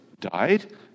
died